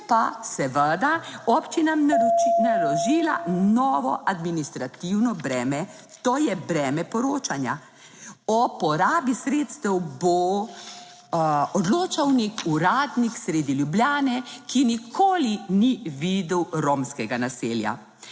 pa seveda občinam naložila novo administrativno breme, to je breme poročanja. O porabi sredstev bo odločal nek uradnik sredi Ljubljane, ki nikoli ni videl romskega naselja.